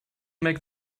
make